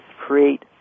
create